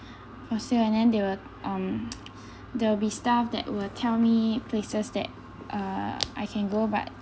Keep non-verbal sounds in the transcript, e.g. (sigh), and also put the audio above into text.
for sale and then they would um (noise) there will be staff that will tell me places that uh I can go but